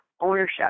ownership